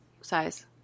size